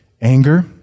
anger